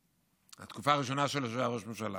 את התקופה הראשונה שלו שהוא היה ראש ממשלה,